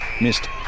missed